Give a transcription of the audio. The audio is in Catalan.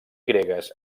gregues